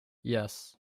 yes